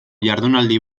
jardunaldi